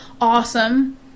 Awesome